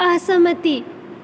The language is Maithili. असहमति